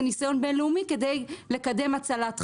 ניסיון בין-לאומי כדי לקדם הצלת חיים?